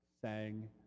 sang